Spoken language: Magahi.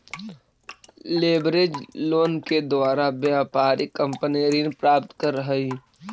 लेवरेज लोन के द्वारा व्यापारिक कंपनी ऋण प्राप्त करऽ हई